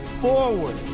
forward